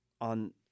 on